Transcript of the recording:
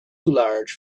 large